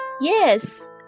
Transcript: yes